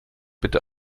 bitte